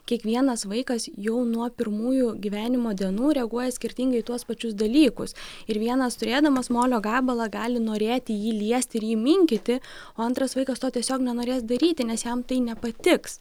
kiekvienas vaikas jau nuo pirmųjų gyvenimo dienų reaguoja skirtingai į tuos pačius dalykus ir vienas turėdamas molio gabalą gali norėti jį liesti ir jį minkyti o antras vaikas to tiesiog nenorės daryti nes jam tai nepatiks